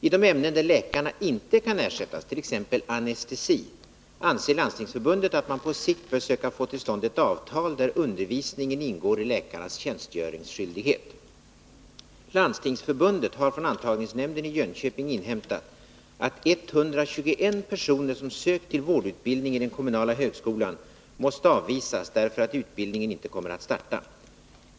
I de ämnen där läkarna inte kan ersättas, t.ex. anestesi, anser Landstingsförbundet att man på sikt bör söka få till stånd ett avtal, där undervisningen ingår i läkarnas tjänstgöringsskyldighet. Landstingsförbundet har från antagningsnämnden i Jönköping inhämtat att 121 personer som sökt till vårdutbildning i den kommunala högskolan måst avvisas därför att utbildningen inte kommer att starta.